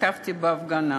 השתתפתי בהפגנה